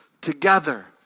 together